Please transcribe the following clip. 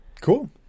Cool